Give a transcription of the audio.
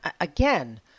again